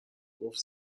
گفت